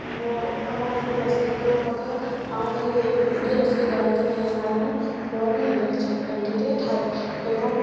ମୋ ଆମ ଘରେ ରୋଷେଇ କଲେ ମଧ୍ୟ ଆମ ଘରେ କେହି ଭେଣ୍ଡି ରୋଷେଇ କରନ୍ତି ନାହିଁ କାରଣ ମୋର ଏଲର୍ଜି ଭେଣ୍ଡିରେ ଥାଏ ଏବଂ